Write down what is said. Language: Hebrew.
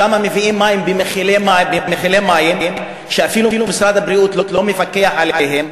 שם מביאים מים במכלי מים שאפילו משרד הבריאות לא מפקח עליהם.